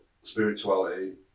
spirituality